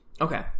Okay